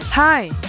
Hi